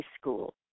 school